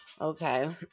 Okay